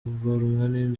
buri